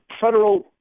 federal